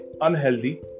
unhealthy